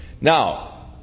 Now